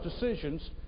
decisions